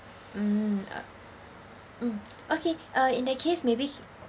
mm uh mm okay uh in the case maybe